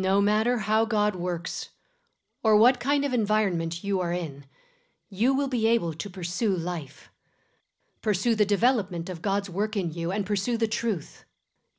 no matter how god works or what kind of environment you are in you will be able to pursue life pursue the development of god's work in you and pursue the truth